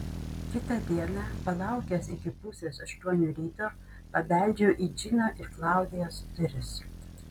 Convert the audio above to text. kitą dieną palaukęs iki pusės aštuonių ryto pabeldžiau į džino ir klaudijos duris